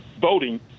voting